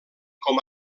com